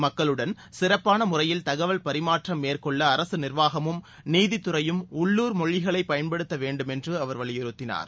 மக்களுடன் சிறப்பான முறையில் தகவல் பரிமாற்றம் மேற்கொள்ள அரசு நிர்வாகமும் நீதித்துறையும் உள்ளூர் மொழிகளை பயன்படுத்த வேண்டும் என்று அவர் வலியுறுத்தினார்